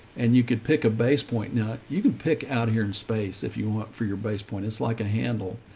and you could pick a base point nut. you can pick out here in space, if you want for your base point, it's like a handle,